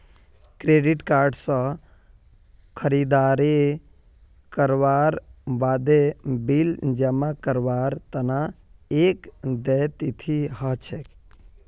credit card स खरीददारी करवार बादे बिल जमा करवार तना एक देय तिथि ह छेक